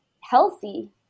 healthy